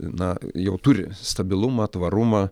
na jau turi stabilumą tvarumą